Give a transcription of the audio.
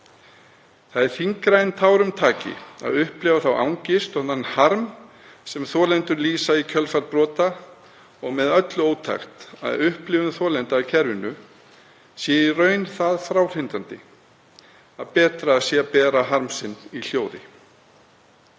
Það er þyngra en tárum taki að upplifa þá angist og þann harm sem þolendur lýsa í kjölfar brota og með öllu ótækt að upplifun þolenda af kerfinu sé í raun það fráhrindandi að betra sé að bera harm sinn í hljóði.